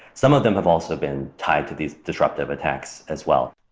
some of them have also been tied to these disruptive attacks as well.